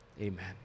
amen